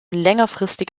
längerfristig